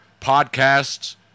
podcasts